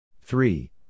three